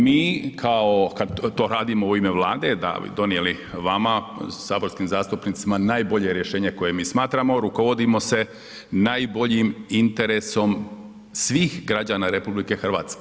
Mi kao kad to radimo u ime Vlade, da bi donijeli vama, saborskim zastupnicima, najbolje rješenje koje mi smatramo, rukovodimo se najboljim interesom svih građana RH.